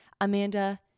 Amanda